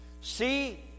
See